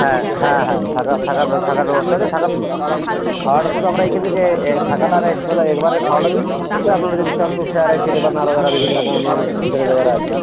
হ্যাঁ হ্যাঁ হ্যাঁ থাকা থাকার ব্য থাকার ব্যবস্থা আছে থাকা ফ্রি খাওয়াটা শুধু আমরা এইখান থেকে এ থাকাটার এক বেলা একবারের খাওয়াটা দিই দিয়ে আপনারা যদি চান তো শেয়ারে খেতে পারেন আলাদা আলাদা বিভিন্ন রকম অন্য অন্য ছে ছেলেরা যারা আছে